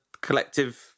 collective